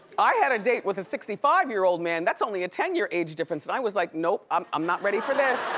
i had a date with a sixty five year old man, that's only a ten year age difference and i was like, nope, i'm i'm not ready for this.